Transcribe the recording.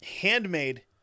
handmade